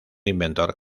inventor